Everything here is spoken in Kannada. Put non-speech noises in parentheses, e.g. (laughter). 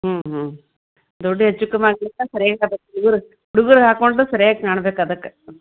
ಹ್ಞೂ ಹ್ಞೂ ದುಡ್ಡು ಹೆಚ್ಚೂಕಮ್ಮಿ (unintelligible) ಹುಡ್ಗುರು ಹುಡ್ಗುರು ಹಾಕಿಕೊಂಡು ಸರ್ಯಾಗಿ ಕಾಣ್ಬೇಕು ಅದಕ್ಕೆ